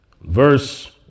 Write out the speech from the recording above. Verse